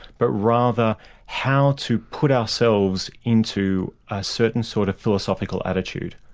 but rather how to put ourselves into a certain sort of philosophical attitude,